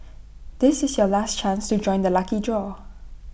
this is your last chance to join the lucky draw